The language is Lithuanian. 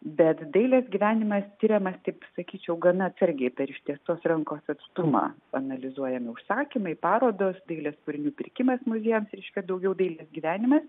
bet dailės gyvenime tiriamas taip sakyčiau gana atsargiai per ištiestos rankos atstumą analizuojami užsakymai parodos dailės kūrinių pirkimas muziejams reiškia daugiau dailės gyvenimas